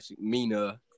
Mina